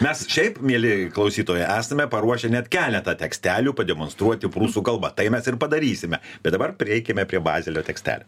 mes šiaip mielieji klausytojai esame paruošę net keletą tekstelių pademonstruoti prūsų kalba tai mes ir padarysime bet dabar prieikime prie bazelio tekstelio